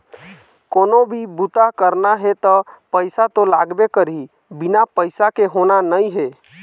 कोनो भी बूता करना हे त पइसा तो लागबे करही, बिना पइसा के होना नइ हे